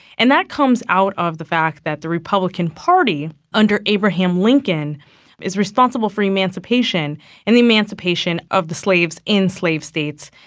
and that comes out of the fact that the republican party under abraham lincoln is responsible for emancipation and the emancipation of the slaves in slave states,